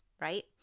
Right